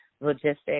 logistics